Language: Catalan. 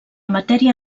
matèria